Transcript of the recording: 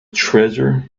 treasure